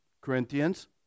Corinthians